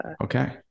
Okay